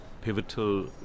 pivotal